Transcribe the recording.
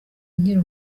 nkiri